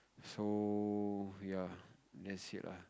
so ya that's it lah